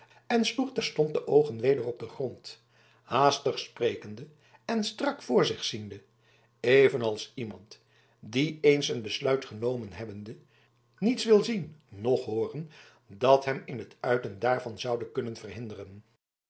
en sloeg terstond de oogen weder op den grond haastig sprekende en strak voor zich ziende evenals iemand die eens een besluit genomen hebbende niets wil zien noch hooren dat hem in het uiten daarvan zoude kunnen verhinderen